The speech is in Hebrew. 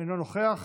אינו נוכח,